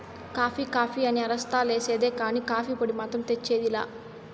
coffee coffee అని అరస్తా లేసేదే కానీ, కాఫీ పొడి మాత్రం తెచ్చేది లా